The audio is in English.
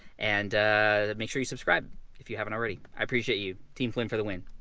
and make sure you subscribe if you haven't already. i appreciate you team flynn for the win.